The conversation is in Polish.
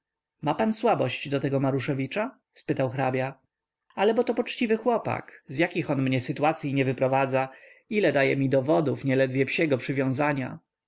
pan ma słabość do tego maruszewicza spytał hrabia ale bo to poczciwy chłopak z jakich on mnie sytuacyj nie wyprowadza ile daje mi dowodów nieledwie psiego przywiązania